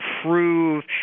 prove